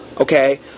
okay